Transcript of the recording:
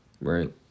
right